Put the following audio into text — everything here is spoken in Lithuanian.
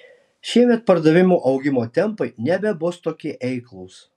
šiemet pardavimų augimo tempai nebebus tokie eiklūs